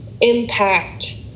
impact